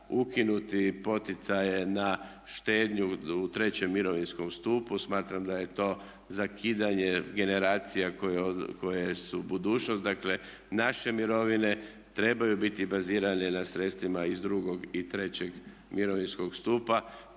ukinuti poticaje na štednju u trećem mirovinskom stupu, smatram da je to zakidanje generacija koje su budućnost, dakle naše mirovine trebaju biti bazirane na sredstvima iz drugog i trećeg mirovinskog stupa.